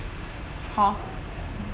hor